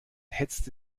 hetzte